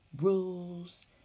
rules